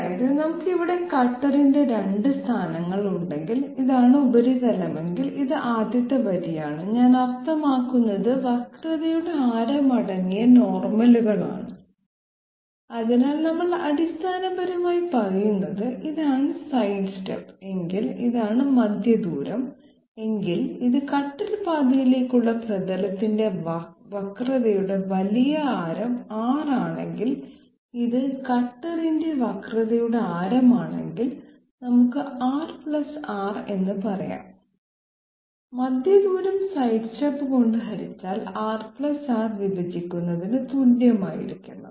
അതായത് നമുക്ക് ഇവിടെ കട്ടറിന്റെ 2 സ്ഥാനങ്ങൾ ഉണ്ടെങ്കിൽ ഇതാണ് ഉപരിതലമെങ്കിൽ ഇത് ആദ്യത്തെ വരിയാണ് ഞാൻ അർത്ഥമാക്കുന്നത് വക്രതയുടെ ആരം അടങ്ങിയ നോർമലുകൾ ആണ് അതിനാൽ നമ്മൾ അടിസ്ഥാനപരമായി പറയുന്നത് ഇതാണ് സൈഡ്സ്റ്റെപ്പ് എങ്കിൽ ഇതാണ് മധ്യദൂരം എങ്കിൽ ഇത് കട്ടർ പാതയിലേക്കുള്ള പ്രതലത്തിന്റെ വക്രതയുടെ വലിയ ആരം R ആണെങ്കിൽ ഇത് കട്ടറിന്റെ വക്രതയുടെ ആരം ആണെങ്കിൽ നമുക്ക് R r എന്ന് പറയാം മധ്യ ദൂരം സൈഡ്സ്റ്റെപ്പ് കൊണ്ട് ഹരിച്ചാൽ R r വിഭജിക്കുന്നതിന് തുല്യമായിരിക്കണം